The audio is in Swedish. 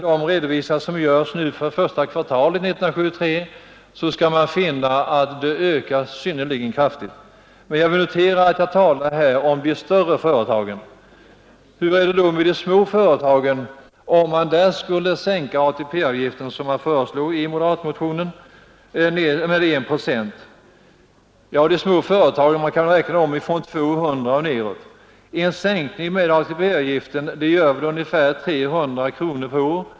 De redovisningar som gjorts för första kvartalet 1973 visar att vinsterna ökar synnerligen kraftigt. Jag vill poängtera att jag här talar om de större företagen. Vad skulle då följden bli för de små företagen, om man skulle sänka ATP-avgiften med 1 procent som föreslås i moderatmotionen?